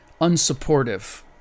unsupportive